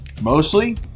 Mostly